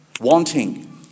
wanting